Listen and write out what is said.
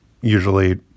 usually